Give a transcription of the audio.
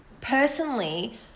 personally